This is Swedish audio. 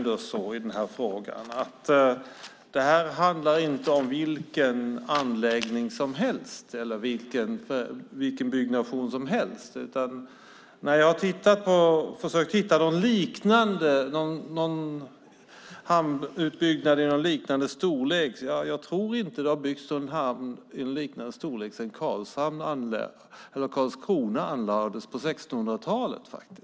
Det här handlar inte om vilken anläggning eller byggnation som helst. När jag har försökt hitta en hamnutbyggnad i samma storlek har jag inte funnit något liknande sedan Karlskrona anlades på 1600-talet.